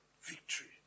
victory